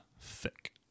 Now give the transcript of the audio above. thick